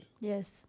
Yes